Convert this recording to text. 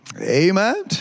Amen